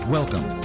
Welcome